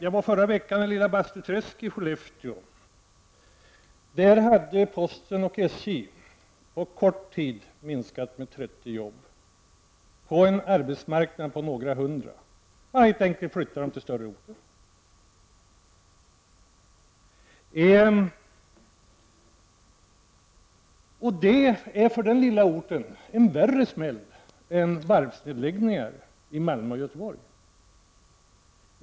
I förra veckan var jag i Lilla Bastuträsk i Skellefteå. Där hade posten och SJ på kort tid minskat antalet arbetstillfällen med 30 på en arbetsmarknad omfattande några hundra arbetstillfällen. Man hade helt enkelt flyttat dessa till större orter. Detta är för den lilla orten en värre smäll än vad varvsnedläggningar är i Malmö och Göteborg.